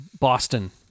Boston